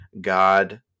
god